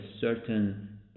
certain